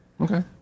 Okay